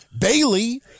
Bailey